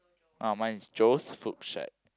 ah mine is Joe's food shack